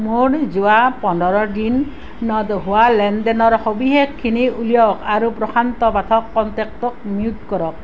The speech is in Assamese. মোৰ যোৱা পোন্ধৰ দিনত হোৱা লেনদেনৰ সবিশেষখিনি উলিয়াওক আৰু প্ৰশান্ত পাঠক কণ্টেক্টটো মিউট কৰক